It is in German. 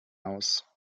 aus